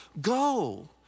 go